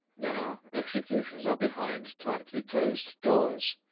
now executions are behind tightly-closed doors,